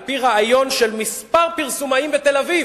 על-פי רעיון של כמה פרסומאים בתל-אביב,